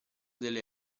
delle